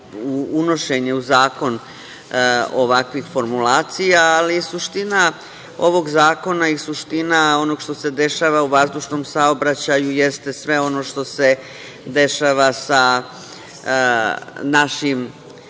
unošenje u zakon ovakvih formulacija. Ali, suština ovog zakona i suština onog što se dešava u vazdušnom saobraćaju jeste sve ono što se dešava sa našim